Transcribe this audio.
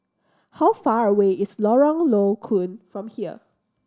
how far away is Lorong Low Koon from here